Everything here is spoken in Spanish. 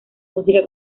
música